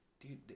dude